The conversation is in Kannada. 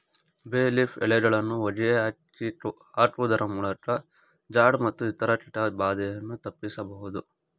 ಬೇ ಲೀಫ್ ಎಲೆಗಳನ್ನು ಹೋಗಿ ಹಾಕುವುದರಮೂಲಕ ಜಾಡ್ ಮತ್ತು ಇತರ ಕೀಟ ಬಾಧೆಯನ್ನು ತಪ್ಪಿಸಬೋದು